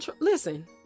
listen